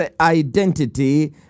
identity